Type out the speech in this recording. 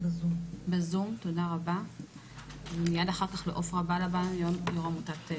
אגע בנקודות שבעיניי הן